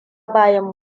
bayan